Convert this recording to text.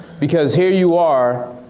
because here you are,